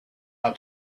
how